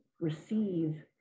receive